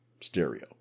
Stereo